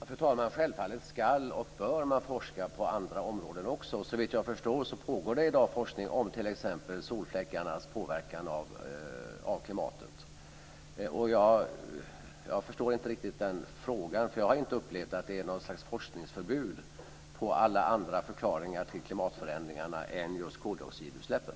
Fru talman! Självfallet bör och ska man forska på andra områden också. Såvitt jag förstår pågår det i dag forskning om t.ex. solfläckarnas påverkan på klimatet. Jag förstår inte riktigt frågan. Jag har inte upplevt att det är något slags forskningsförbud kring alla andra förklaringar till klimatförändringarna än just koldioxidutsläppen.